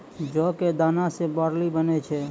जौ कॅ दाना सॅ बार्ली बनै छै